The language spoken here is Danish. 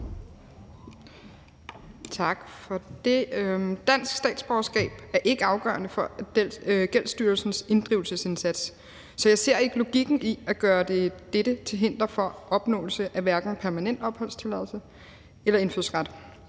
Tak for det. Dansk statsborgerskab er ikke afgørende for Gældsstyrelsens inddrivelsesindsats, så jeg ser ikke logikken i at gøre dette til hinder for opnåelse af hverken permanent opholdstilladelse eller indfødsret.